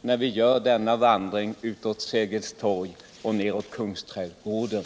när vi vandrar över Sergels torg och neråt Kungsträdgården?